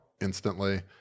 instantly